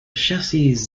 chassis